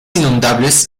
inundables